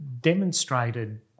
demonstrated